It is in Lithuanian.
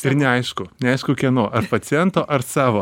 ir neaišku neaišku kieno ar paciento ar savo